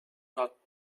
not